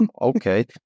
Okay